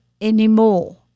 anymore